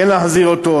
כן להחזיר אותו,